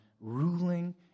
ruling